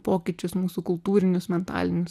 pokyčius mūsų kultūrinius mentalinius